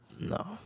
No